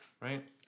right